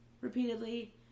repeatedly